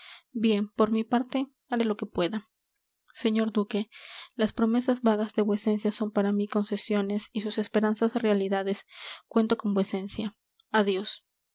bien por mi parte haré lo que pueda señor duque las promesas vagas de vuecencia son para mí concesiones y sus esperanzas realidades cuento con vuecencia adiós